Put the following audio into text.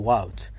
out